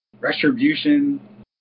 Retribution